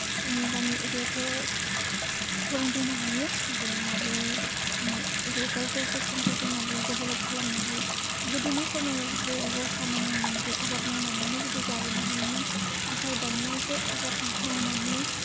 जोंनि गामि एरियाफोराव फोरोंफैनो हायो जे माब्रै जोङो एग्रिकालसार सिस्टेमखौ जे माबोरै डेभ्लप खालामनो हायो गोदोनि समाव जे रसा नाङामोन जे आबाद मावनानैनो बिदि जाबोनो हायोमोन नाथाय दानिया जे आबाद मावनानै